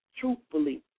truthfully